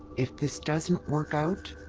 if this doesn't work out,